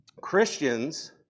Christians